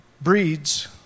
breeds